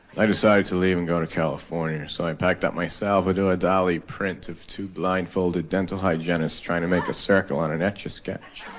i decided to leave and go to california so i and packed up my salvador dali print of two blindfolded dental hygienists trying to make a circle on an etch-a-sketch